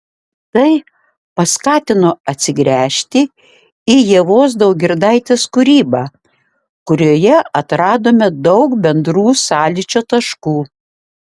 tai paskatino atsigręžti į ievos daugirdaitės kūrybą kurioje atradome daug bendrų sąlyčio taškų